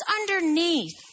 underneath